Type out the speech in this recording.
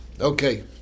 Okay